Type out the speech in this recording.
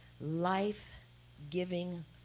life-giving